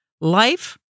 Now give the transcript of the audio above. Life